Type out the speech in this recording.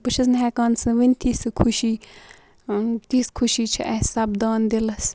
بہٕ چھَس نہٕ ہیٚکان سُہ ؤنتھی سُہ خوشی تِژھ خوشی چھِ اَسہِ سَپدان دِلَس